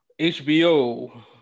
HBO